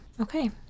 okay